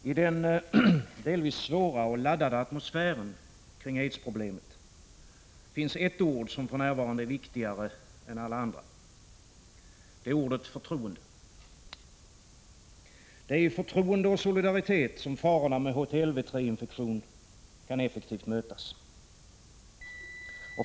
Fru talman! I den delvis svåra och laddade atmosfären kring aidsproblemet finns ett ord som för närvarande är viktigare än alla andra. Det är ordet förtroende. Det är i förtroende och solidaritet som farorna med HTLV-III-infektion kan effektivt mötas.